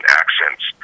accents